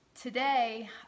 Today